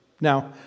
Now